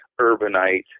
urbanite